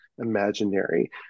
imaginary